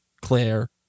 Claire